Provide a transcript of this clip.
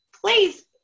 please